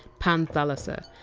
panthalassa,